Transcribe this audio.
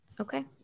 Okay